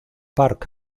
park